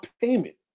payment